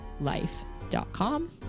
life.com